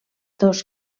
dos